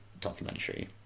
documentary